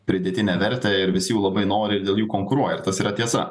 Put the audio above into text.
pridėtinę vertę ir visi jų labai nori dėl jų konkuruoja ir tas yra tiesa